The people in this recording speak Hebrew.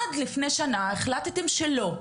עד לפני שנה, החלטתם שלא.